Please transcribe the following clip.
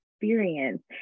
Experience